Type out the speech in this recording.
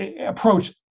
approach